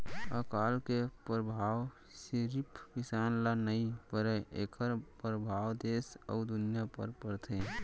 अकाल के परभाव सिरिफ किसान ल नइ परय एखर परभाव देस अउ दुनिया म परथे